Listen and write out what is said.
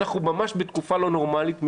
אנחנו ממש בתקופה לא נורמלית,